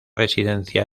residencia